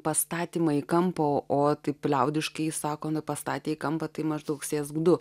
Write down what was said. pastatymai kampo o taip liaudiškai sakoma pastatė į kampą tai maždaug sėsk du